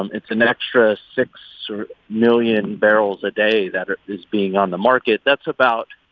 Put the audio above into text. um it's an extra six million barrels a day that are is being on the market. that's about,